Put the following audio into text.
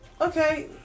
okay